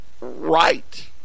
right